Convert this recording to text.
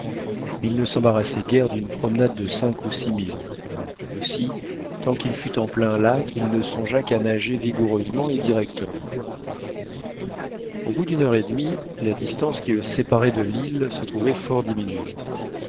il ne s'embarrassait guère d'une promenade de cinq ou six milles aussi tant qu'il fut en plein lac il ne songea qu'à nager vigoureusement et directement au bout d'une heure et demie la distance quile séparait de l'île se trouvait fort diminuée